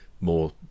more